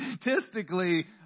statistically